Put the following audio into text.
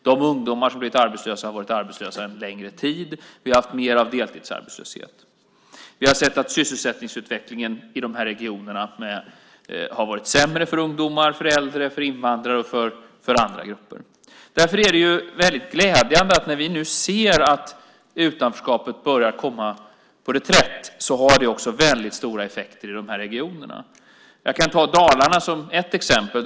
De ungdomar som har blivit arbetslösa har varit arbetslösa under en längre tid. Vi har också haft mer av deltidsarbetslöshet. Vi har sett att sysselsättningsutvecklingen i de här regionerna har varit sämre för ungdomar, för äldre, för invandrare och för andra grupper. Därför är det glädjande att när vi nu ser att utanförskapet börjar komma på reträtt har det också stora effekter i de här regionerna. Jag kan ta Dalarna som ett exempel.